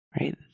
right